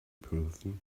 person